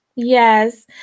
Yes